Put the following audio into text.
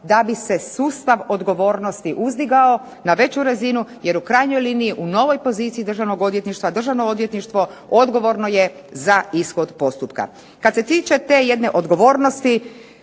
da bi se sustav odgovornosti uzdigao na veću razinu, jer u krajnjoj liniji u novoj poziciji Državnog odvjetništva Državno odvjetništvo odgovorno je za ishod postupka. Kad se tiče te jedne odgovornosti